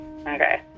Okay